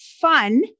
fun